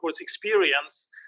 experience